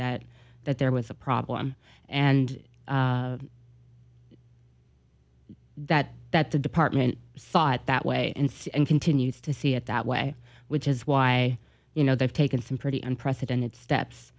that that there was a problem and that that the department saw it that way and continues to see it that way which is why you know they've taken some pretty unprecedented st